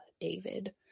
David